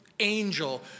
Angel